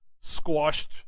squashed